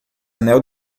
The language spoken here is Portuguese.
anel